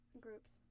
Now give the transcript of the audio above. groups